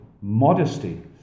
modesty